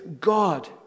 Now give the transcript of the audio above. God